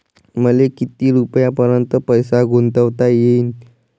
मले किती रुपयापर्यंत पैसा गुंतवता येईन?